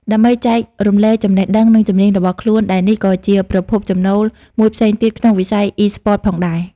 ដើម្បីចែករំលែកចំណេះដឹង និងជំនាញរបស់ខ្លួន ដែលនេះក៏ជាប្រភពចំណូលមួយផ្សេងទៀតក្នុងវិស័យអុីស្ព័ត ផងដែរ។